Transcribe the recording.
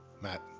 matt